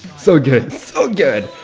so good! so good!